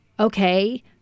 Okay